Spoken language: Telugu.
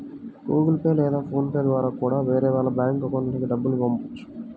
గుగుల్ పే లేదా ఫోన్ పే ద్వారా కూడా వేరే వాళ్ళ బ్యేంకు అకౌంట్లకి డబ్బుల్ని పంపొచ్చు